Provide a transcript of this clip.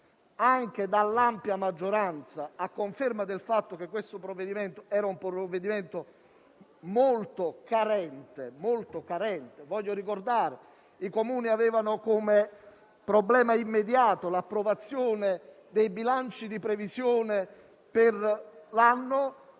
anche dall'ampia maggioranza, confermano che quello in esame era un provvedimento molto carente. Voglio ricordare che i Comuni avevano come problema immediato l'approvazione dei bilanci di previsione e quel